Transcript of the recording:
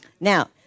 Now